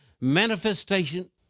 manifestation